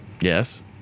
Yes